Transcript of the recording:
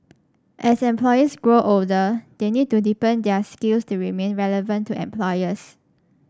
as employees grow older they need to deepen their skills to remain relevant to employers